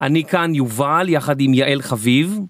אני כאן יובל יחד עם יעל חביב.